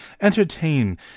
entertain